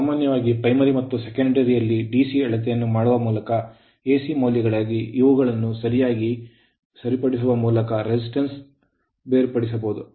ಆದ್ದರಿಂದ ಸಾಮಾನ್ಯವಾಗಿ primary ಪ್ರಾಥಮಿಕ ಮತ್ತು secondary ಮಾಧ್ಯಮಿಕ ದಲ್ಲಿ DC ಅಳತೆಯನ್ನು ಮಾಡುವ ಮೂಲಕ ಮತ್ತು AC ಮೌಲ್ಯಗಳಿಗಾಗಿ ಇವುಗಳನ್ನು ಸರಿಯಾಗಿ ಸರಿಪಡಿಸುವ ಮೂಲಕ resistance ಪ್ರತಿರೋಧವನ್ನು ಬೇರ್ಪಡಿಸಬಹುದು